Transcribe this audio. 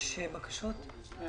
חבר